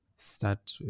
start